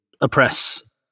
oppress